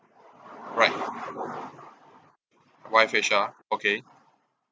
right via H_R okay